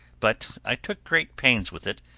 but i took great pains with it,